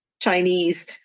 Chinese